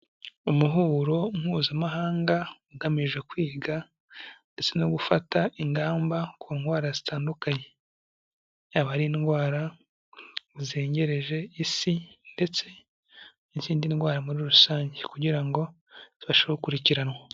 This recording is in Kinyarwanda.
Umuhuro mpuzamahanga ugamije kwiga ndetse no gufata ingamba ku ndwara zitandukanyeba, yaba hari indwara zizegerereje isi ndetse n'izindi ndwara muri rusange kugira ngo zibasheho gukurikiranwa.